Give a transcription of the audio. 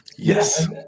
Yes